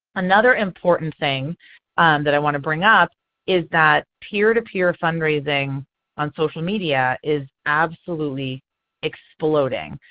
another important thing that i want to bring up is that peer-to-peer fundraising on social media is absolutely exploding.